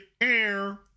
air